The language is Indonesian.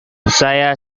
saya